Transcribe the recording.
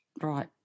Right